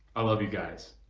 i love you guys.